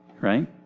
right